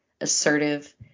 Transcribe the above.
assertive